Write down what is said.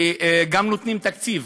וגם נותנים תקציב,